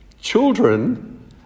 Children